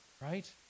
right